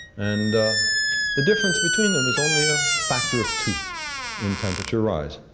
and the difference between them is only a factor of two in temperature rise.